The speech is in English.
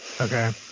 Okay